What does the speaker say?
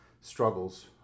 struggles